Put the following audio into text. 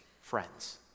Friends